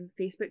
Facebook